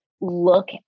look